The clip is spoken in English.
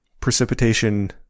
precipitation